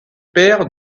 père